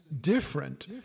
different